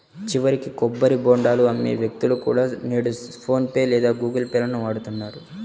చివరికి కొబ్బరి బోండాలు అమ్మే వ్యక్తులు కూడా నేడు ఫోన్ పే లేదా గుగుల్ పే లను వాడుతున్నారు